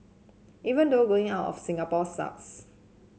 even though going out of Singapore sucks